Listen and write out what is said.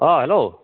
অঁ হেল্ল'